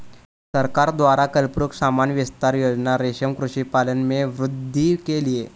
सरकार द्वारा कल्पवृक्ष सामान्य विस्तार योजना रेशम कृषि पालन में वृद्धि के लिए